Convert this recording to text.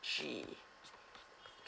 three